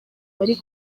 bari